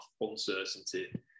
uncertainty